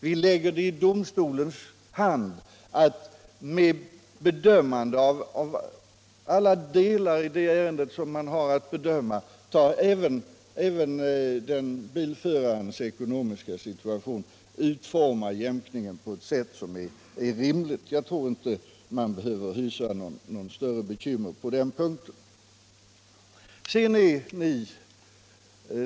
Vi lägger i domstolens hand att med bedömande av alla delar i ärendet ta hänsyn även till bilförarens ekonomiska situation och utforma jämkningen på rimligt sätt. Jag tror inte man behöver hysa några större bekymmer på den punkten.